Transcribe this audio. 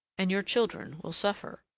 and your children will suffer.